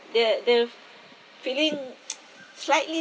the the feeling slightly